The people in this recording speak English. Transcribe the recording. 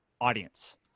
audience